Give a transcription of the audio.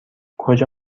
کجا